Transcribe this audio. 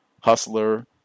Hustler